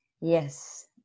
Yes